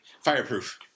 Fireproof